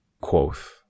quoth